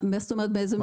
באיזה מובן?